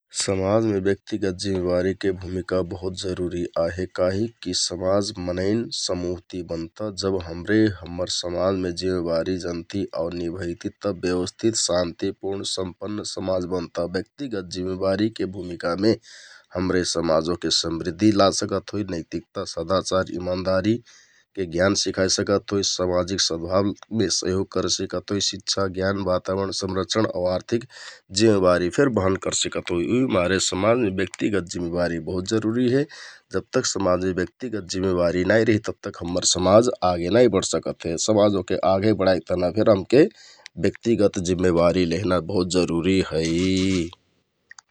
समाजमे ब्यक्तिगत जिम्मेबारीके भुमिका बहुत जरुरी आहे । काहिककि समाज मनैंन समुह ति बनता जब हमरे हम्मर समाजमे जिम्मेवारी जनति आउ निभैति तब ब्यवस्थित, शान्तिपुर्ण, सम्पन्न समाज बनता । ब्यक्तिगत जिम्मेबारीके भुमिकामे हमरे समाज ओहके समृद्धि ला सिकत होइ । नैतिकता, सदाचार, इमानदारि ज्ञान सिखाइ सिकत होइ, समाजिक सद्भावमे सहयोग करे सिकत होइ । शिक्षा, ज्ञान, बाताबरण संरक्षण आउ आर्थिक जिम्मेवारी फेर बहन करसिकत होइ । उहिमारे समाजमे ब्यक्तिगत जिम्मेवारी बहुत जरुरी हे जबतक समाजमे ब्यक्तिगत जिम्मेवारी नाइ रिहि तब तक हम्मर समाज आगे नाइ बढसकत हे । समाज ओहके आगे बढाइक तहना फेर हमके ब्यक्तिगत जिम्मेवारी लहना बहुत जरुरी है।